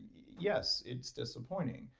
yes, it's disappointing,